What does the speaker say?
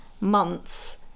months